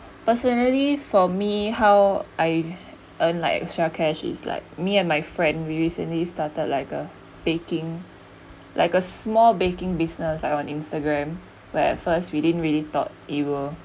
personally for me how I earn like extra cash is like me and my friend we recently started like a baking like a small baking business like on instagram where at first we didn't really thought it will